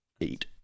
Eight